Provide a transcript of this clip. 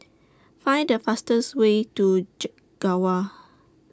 Find The fastest Way to Chek Gawa